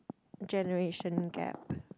generation gap